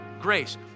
grace